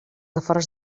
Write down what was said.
afores